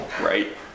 right